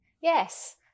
Yes